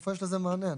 איפה יש לזה מענה?